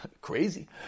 Crazy